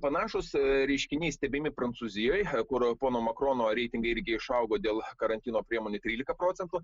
panašūs reiškiniai stebimi prancūzijoj kur pono makrono reitingai irgi išaugo dėl karantino priemonių trylika procentų